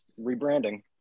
Rebranding